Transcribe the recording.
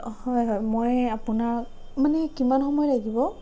হয় হয় মই আপোনাক মানে কিমান সময় লাগিব